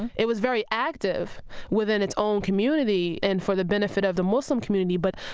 and it was very active within its own community and for the benefit of the muslim community, but